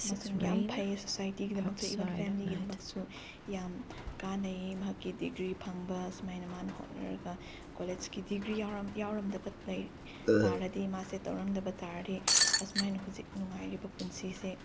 ꯑꯃꯨꯁꯡ ꯌꯥꯝ ꯐꯩ ꯁꯣꯁꯥꯏꯇꯤꯒꯤꯗꯃꯛꯁꯨ ꯏꯚꯟ ꯐꯦꯃꯤꯂꯤꯒꯤꯗꯃꯛꯁꯨ ꯌꯥꯝ ꯀꯥꯟꯅꯩꯌꯦ ꯃꯍꯥꯛꯀꯤ ꯗꯤꯒ꯭ꯔꯤ ꯐꯪꯕ ꯁꯨꯃꯥꯏꯅ ꯃꯥꯅ ꯍꯣꯠꯅꯔꯒ ꯀꯣꯂꯦꯖꯀꯤ ꯗꯤꯒ꯭ꯔꯤ ꯌꯥꯎꯔꯝꯗꯕ ꯇꯥꯔꯗꯤ ꯃꯥꯁꯦ ꯇꯧꯔꯝꯗꯕ ꯇꯥꯔꯗꯤ ꯑꯁꯨꯃꯥꯏꯅ ꯍꯧꯖꯤꯛ ꯅꯨꯡꯉꯥꯏꯔꯤꯕ ꯄꯨꯟꯁꯤꯁꯦ